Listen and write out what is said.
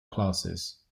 classes